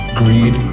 greed